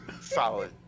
Solid